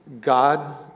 God